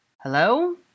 Hello